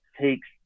takes